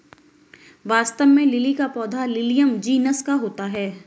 वास्तव में लिली का पौधा लिलियम जिनस का होता है